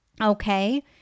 Okay